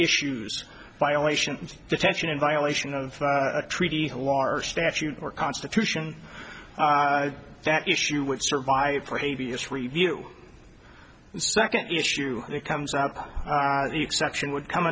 issues violations detention in violation of a treaty why are statute or constitution that issue which survive previous review second issue that comes out the exception would come